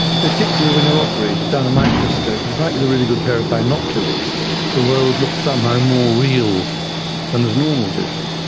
particularly when you are operating down a microscope. it's like with a really good pair of binoculars the world looks somehow more real than with normal vision.